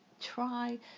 try